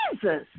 Jesus